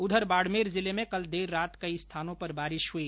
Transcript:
उधर बाडमेर जिले में कल देर रात कई स्थानों पर बारिश हुई